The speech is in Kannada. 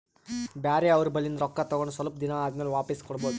ಬ್ಯಾರೆ ಅವ್ರ ಬಲ್ಲಿಂದ್ ರೊಕ್ಕಾ ತಗೊಂಡ್ ಸ್ವಲ್ಪ್ ದಿನಾ ಆದಮ್ಯಾಲ ವಾಪಿಸ್ ಕೊಡೋದು